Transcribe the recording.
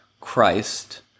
Christ